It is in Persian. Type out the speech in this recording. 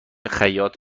خیاط